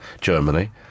Germany